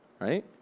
right